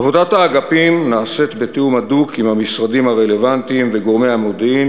עבודת האגפים נעשית בתיאום הדוק עם המשרדים הרלוונטיים וגורמי המודיעין